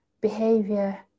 behavior